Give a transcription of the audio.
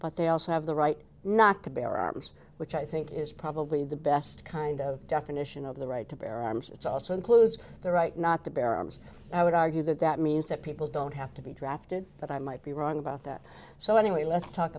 but they also have the right not to bear arms which i think is probably the best kind of definition of the right to bear arms it's also includes the right not to bear arms i would argue that that means that people don't have to be drafted but i might be wrong about that so anyway let's talk